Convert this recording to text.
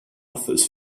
offers